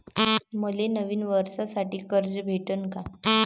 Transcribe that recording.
मले नवीन वर्षासाठी कर्ज भेटन का?